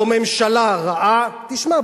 זו ממשלה רעה" תשמע,